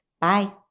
Bye